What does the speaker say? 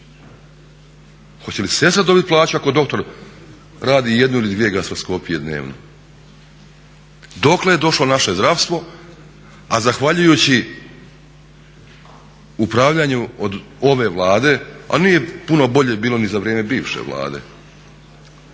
hoće li sestra dobiti plaću ako doktor radi jednu ili dvije gastroskopije dnevno? Dokle je došlo naše zdravstvo a zahvaljujući upravljanju od ove Vlade, a nije puno bolje bilo ni za vrijeme bivše Vlade,